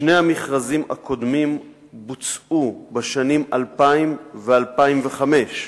שני המכרזים הקודמים בוצעו בשנים 2000 ו-2005.